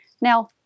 Now